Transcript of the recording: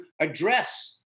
address